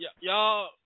y'all